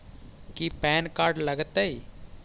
की PAN card लग तै?